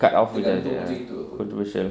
cut off like that ah controversial